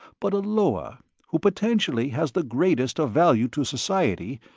but a lower who potentially has the greatest of value to society,